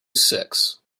six